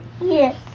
yes